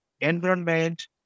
environment